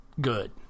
good